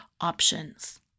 options